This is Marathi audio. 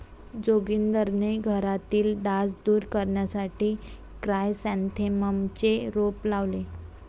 जोगिंदरने घरातील डास दूर करण्यासाठी क्रायसॅन्थेममचे रोप लावले